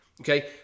Okay